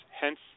hence